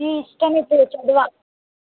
నీ ఇష్టం ఇప్పుడు చదివా